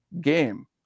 game